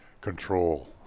control